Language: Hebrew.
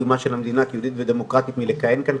קיומה של המדינה כיהודית ודמוקרטית מלכהן כאן,